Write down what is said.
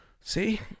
See